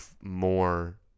more